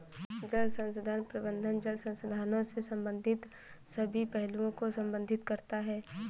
जल संसाधन प्रबंधन जल संसाधनों से संबंधित सभी पहलुओं को प्रबंधित करता है